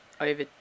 over